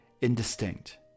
indistinct